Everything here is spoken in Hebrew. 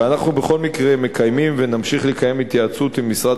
אבל אנחנו בכל מקרה מקיימים ונמשיך לקיים התייעצויות עם משרד